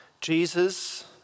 Jesus